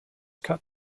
cut